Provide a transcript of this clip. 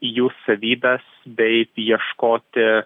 jų savybes bei ieškoti